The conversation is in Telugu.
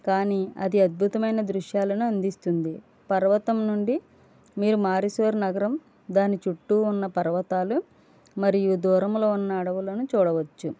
కానీ అది అద్భుతమైన దృశ్యాలను అందిస్తుంది పర్వతం నుంచి మీరు మైసూర్ నగరం దాని చుట్టు ఉన్న పర్వతాలు మరియు దూరంలో ఉన్న అడవులను చూడవచ్చు